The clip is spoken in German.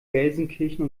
gelsenkirchen